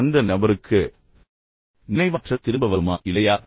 அந்த நபருக்கு நினைவாற்றல் திரும்ப வருமா இல்லையா